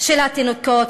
של התינוקות,